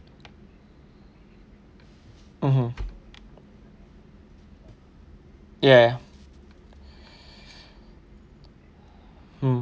mmhmm ya ya mm